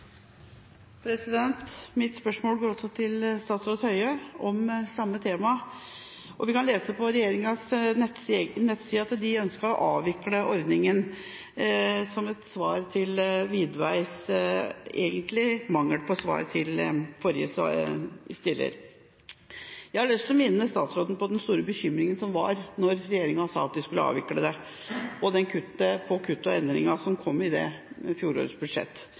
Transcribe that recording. Mitt spørsmål går også til statsråd Høie, om samme tema. Vi kan lese på regjeringas nettside at de ønsker å avvikle ordningen – som en kommentar til Widveys egentlig mangel på svar til forrige spørsmålsstiller. Jeg har lyst til å minne statsråden på den store bekymringen som var da regjeringa sa at den skulle avvikle ordningen, og det kuttet og endringen kom i fjorårets budsjett.